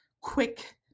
quick